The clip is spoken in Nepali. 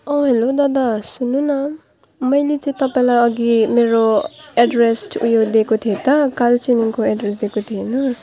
ओ हेलो दादा सुन्नु न मैले चाहिँ तपाईँलाई अघि मेरो एड्रेस ऊ यो दिएको थिएँ त कालचिनीको एड्रेस दिएको थिएँ होइन